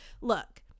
Look